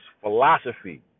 philosophy